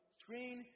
screen